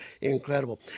incredible